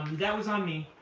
that was on me.